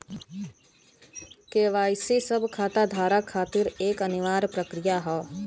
KYC सब खाता धारक खातिर एक अनिवार्य प्रक्रिया हौ